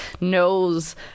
knows